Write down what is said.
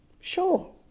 Sure